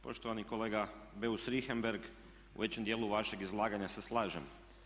Poštovani kolega Beus Richembergh, u većem dijelu vašeg izlaganja se slažem.